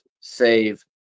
save